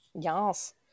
yes